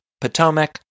Potomac